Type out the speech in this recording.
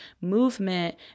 Movement